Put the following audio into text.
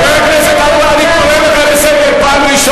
עדיין נושאים את הדגל.